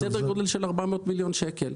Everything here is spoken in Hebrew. -- סדר גודל של 400 מיליון שקל.